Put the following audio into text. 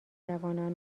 جوانان